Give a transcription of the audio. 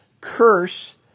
curse